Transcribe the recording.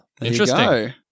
Interesting